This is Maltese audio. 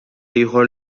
ieħor